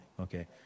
Okay